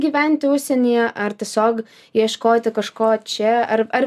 gyventi užsienyje ar tiesiog ieškoti kažko čia ar ar